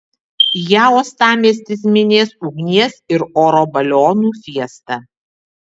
ją uostamiestis minės ugnies ir oro balionų fiesta